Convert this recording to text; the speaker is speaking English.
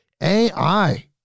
AI